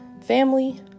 family